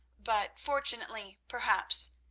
but fortunately, perhaps,